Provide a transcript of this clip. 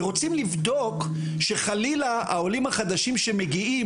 ורוצים לבדוק שחלילה העולים החדשים שמגיעים,